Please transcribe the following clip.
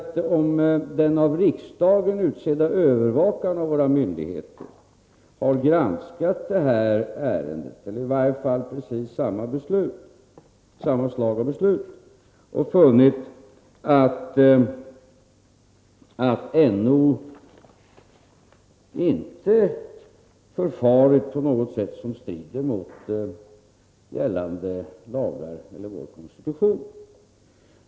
Den av riksdagen utsedda övervakaren av våra myndigheter har alltså granskat ett beslut av precis samma slag och funnit att NO inte förfarit på ett sådant sätt att det strider mot gällande lagar och mot vår konstitution.